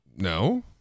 No